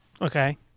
Okay